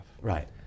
Right